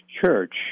church